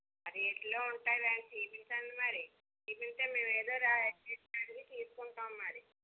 ఆ రేట్లో ఉంటాయిగానీ చూపించండి మరి చూపిస్తే మేమేదో రేటుకి అడిగి తీస్కుంటాం మరి